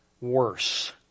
worse